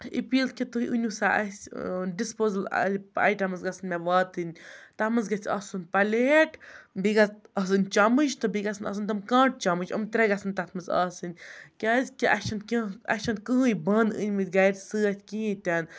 appeal کہِ تُہۍ أنِو سا اَسہِ ڈِسپوزَل آیٹَمٕز گژھن مےٚ واتٕنۍ تَتھ منٛز گژھِ آسُن پَلیٹ بیٚیہِ گژھِ آسٕنۍ چَمٕچ تہٕ بیٚیہِ گژھن آسٕنۍ تِم کانٹہٕ چَمٕچ یِم ترٛےٚ گژھن تَتھ منٛز آسٕنۍ کیٛازِکہِ اَسہِ چھَنہٕ کینٛہہ اَسہِ چھَنہٕ کٕہٕنۍ بانہٕ أنۍ مٕتۍ گَرِ سۭتۍ کِہیٖنۍ تہِ نہٕ